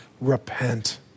Repent